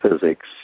physics